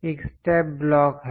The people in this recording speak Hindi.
एक स्टेप ब्लॉक है